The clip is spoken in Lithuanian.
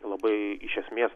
labai iš esmės